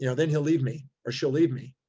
you know then he'll leave me or she'll leave me.